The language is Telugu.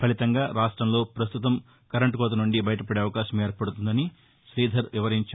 ఫలితంగా రాష్టంలో ప్రస్తుతం కరెంట్ కోత నుండి బయట పడే అవకాశం ఏర్పడుతుందని ్రీధర్ వివరించారు